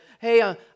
Hey